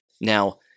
Now